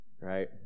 Right